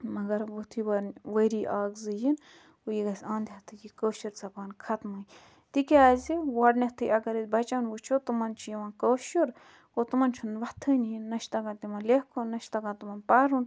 مگر یُتھٕے وۄنۍ ؤری اَکھ زٕ یِن گوٚو یہِ گَژھہِ اَنٛد ہیٚتھٕے یہِ کٲشِر زَبان ختمٕے تِکیٛازِ گۄڈٕنیٚتھٕے اگر أسۍ بَچَن وُچھو تِمَن چھُ یِوان کٲشُر گوٚو تِمَن چھُنہٕ وۄتھٲنی نَہ چھُ تَگان تِمَن لیکھُن نَہ چھُ تَگان تِمَن پَرُن